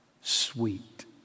Sweet